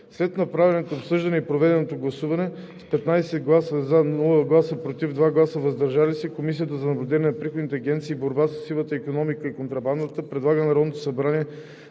След направеното обсъждане и проведеното гласуване с 15 гласа „за“, без гласове „против“ и 2 гласа „въздържал се“ Комисията за наблюдение на приходните агенции и борба със сивата икономика и контрабандата предлага на Народното събрание